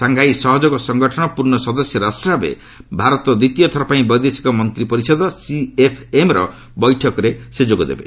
Shanghai ସହଯୋଗ ସଂଗଠନର ପୂର୍ଣ୍ଣ ସଦସ୍ୟ ରାଷ୍ଟ ଭାବେ ଭାରତ ଦ୍ୱିତୀୟ ଥର ପାଇଁ ବୈଦେଶିକ ମନ୍ତ୍ରୀ ପରିଷଦ ସିଏଫ୍ଏମ୍ର ବୈଠକରେ ସେ ଯୋଗ ଦେବେ